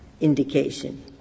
indication